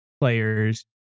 players